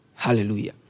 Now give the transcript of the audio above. Hallelujah